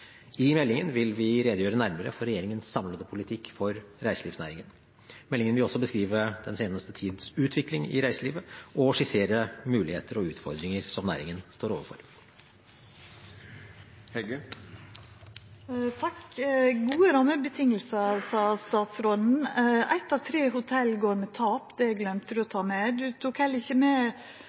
I meldingen vil vi redegjøre nærmere for regjeringens samlede politikk for reiselivsnæringen. Meldingen vil også beskrive den seneste tids utvikling i reiselivet og skissere muligheter og utfordringer som næringen står overfor. «Gode rammebetingelser», sa statsråden. Eitt av tre hotell går med tap, det gløymde han å ta med. Statsråden tok heller ikkje med